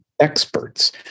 experts